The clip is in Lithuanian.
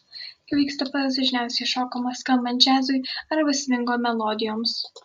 kvikstepas dažniausiai šokamas skambant džiazui arba svingo melodijoms